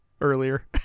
Earlier